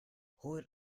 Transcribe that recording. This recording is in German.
holt